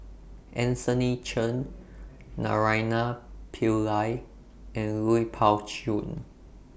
Anthony Chen Naraina Pillai and Lui Pao Chuen